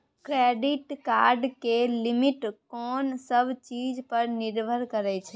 Credit card के limit कोन सब चीज पर निर्भर करै छै?